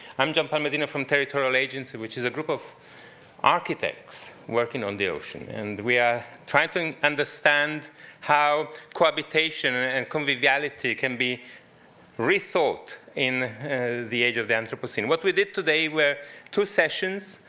i'm john palmesino from territorial agency, which is a group of architects working on the ocean. and we are try and to understand how cohabitation and conviviality can be rethought in the age of anthropocene. what we did today were two sessions.